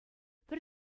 пӗр